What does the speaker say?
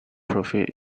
profit